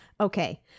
Okay